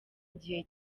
igihe